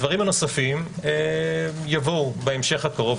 הדברים הנוספים ייבואו בהמשך הקרוב,